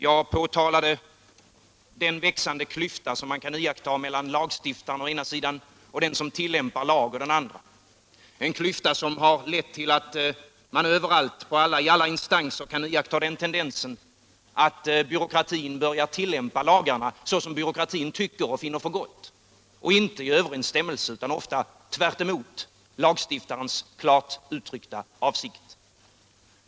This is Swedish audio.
Jag påtalade den växande klyfta som man kan iaktta mellan lagstiftaren å ena sidan och dem som tillämpar lagen å den andra. Det är en klyfta som har lett till att man i alla instanser kan iaktta tendensen att byråkratin börjar tillämpa lagarna såsom byråkratin finner för gott och inte i överensstämmelse med utan tvärtemot lagstiftarens klart uttryckta avsikt.